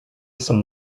some